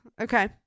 Okay